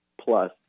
plus